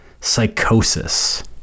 psychosis